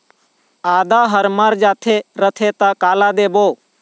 आदा हर मर जाथे रथे त काला देबो?